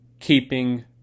keeping